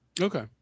Okay